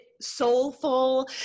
soulful